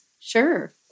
Sure